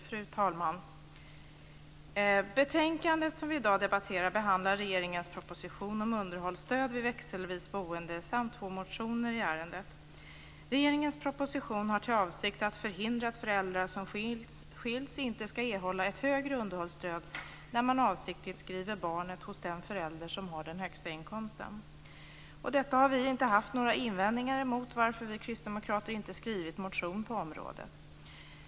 Fru talman! Det betänkande vi i dag debatterar behandlar regeringens proposition om underhållsstöd vid växelvis boende samt två motioner i ärendet. Regeringens proposition har till avsikt att förhindra att föräldrar som skilts inte ska erhålla ett högre underhållsstöd när man avsiktligt skriver barnet hos den förälder som har den högsta inkomsten. Detta har vi inte haft några invändningar emot varför vi kristdemokrater inte skrivit motion på området.